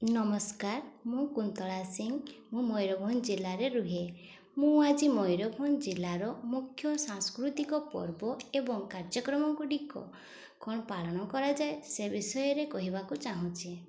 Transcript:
ନମସ୍କାର ମୁଁ କୁନ୍ତଳା ସିଂ ମୁଁ ମୟୂରଭଞ୍ଜ ଜିଲ୍ଲାରେ ରୁହେ ମୁଁ ଆଜି ମୟୂରଭଞ୍ଜ ଜିଲ୍ଲାର ମୁଖ୍ୟ ସାଂସ୍କୃତିକ ପର୍ବ ଏବଂ କାର୍ଯ୍ୟକ୍ରମ ଗୁଡ଼ିକ କ'ଣ ପାଳନ କରାଯାଏ ସେ ବିଷୟରେ କହିବାକୁ ଚାହୁଁଛି